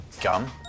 gum